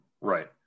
Right